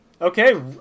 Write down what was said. Okay